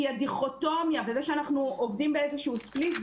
כי הדיכוטומיה בזה שאנחנו עובדים באיזשהו ספליט,